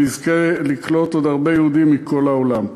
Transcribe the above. ונזכה לקלוט עוד הרבה יהודים מכל העולם.